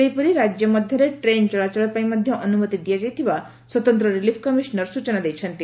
ସେହିପରି ରାଜ୍ୟ ମଧ୍ଧରେ ଟ୍ରେନ୍ ଚଳାଚଳ ପାଇଁ ମଧ୍ଧ ଅନୁମତି ଦିଆଯାଇଥିବା ସ୍ୱତନ୍ତ ରିଲିଫ୍ କମିଶନର ସ୍ୱଚନା ଦେଇଛନ୍ତି